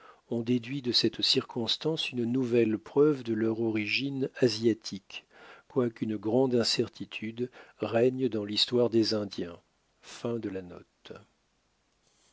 on déduit de cette circonstance une nouvelle preuve de leur origine asiatique quoiqu'une grande incertitude règne dans l'histoire des indiens